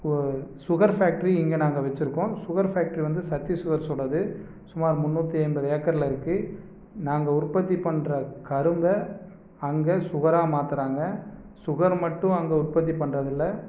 sugar factory இங்கே நாங்கள் வச்சுருக்கோம் சுகர் ஃபேக்ட்ரி வந்து சத்தி சுகர்ஸோடது சுமார் முந்நூற்றி ஐம்பது ஏக்கரில் இருக்கு நாங்கள் உற்பத்தி பண்ணுற கரும்பை அங்கே சுகராக மாற்றுறாங்க சுகர் மட்டும் அங்கே உற்பத்தி பண்ணுறது இல்லை